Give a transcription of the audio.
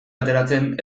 ateratzen